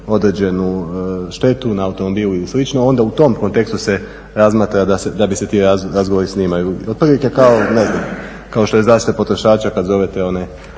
određenu štetu na automobilu ili slično onda u tom kontekstu se razmatra da se ti razgovori snimaju. Otprilike kao što je zaštita potrošača kad zovete one